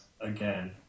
again